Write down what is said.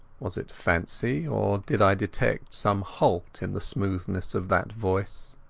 was it fancy, or did i detect some halt in the smoothness of that voice?